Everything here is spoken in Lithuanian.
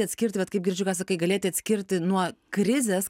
atskirti vat kaip girdžiu ką sakai galėti atskirti nuo krizės